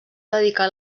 dedicar